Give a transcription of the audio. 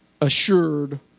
assured